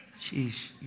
jeez